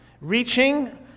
reaching